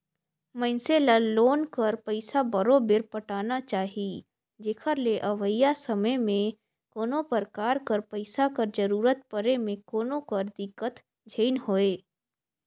मइनसे ल लोन कर पइसा बरोबेर पटाना चाही जेकर ले अवइया समे में कोनो परकार कर पइसा कर जरूरत परे में कोनो कर दिक्कत झेइन होए